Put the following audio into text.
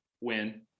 win